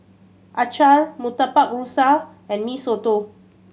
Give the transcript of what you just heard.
acar Murtabak Rusa and Mee Soto